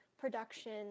production